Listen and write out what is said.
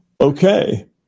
okay